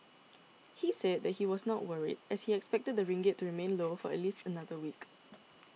he said that he was not worried as he expected the ringgit to remain low for at least another week